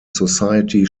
society